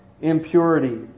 impurity